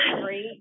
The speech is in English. great